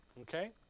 Okay